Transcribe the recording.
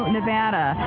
Nevada